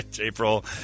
april